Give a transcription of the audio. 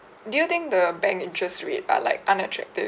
do you think the bank interest rate are like unattractive